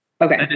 Okay